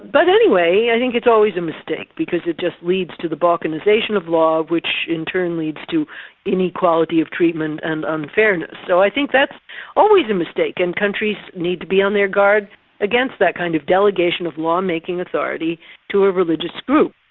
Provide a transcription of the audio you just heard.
but anyway i think it's always a mistake because it just leads to the balkanisation of law, which in turn leads to inequality of treatment and unfairness. so i think that's always a mistake and countries need to be on their guard against that kind of delegation of law-making authority to a religious group.